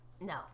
no